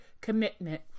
commitment